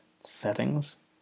Settings